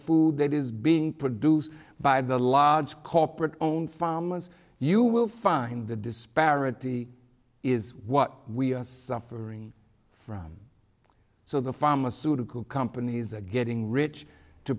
food that is being produced by the large corporate owned famines you will find the disparity is what we are suffering from so the pharmaceutical companies are getting rich to